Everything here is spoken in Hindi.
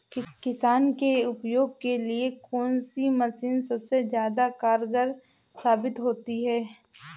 किसान के उपयोग के लिए कौन सी मशीन सबसे ज्यादा कारगर साबित होती है?